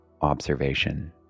observation